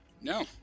No